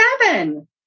seven